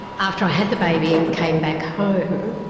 after i had the baby and came back home,